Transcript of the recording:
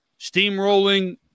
Steamrolling